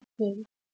okay